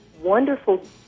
wonderful